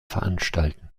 veranstalten